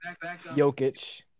Jokic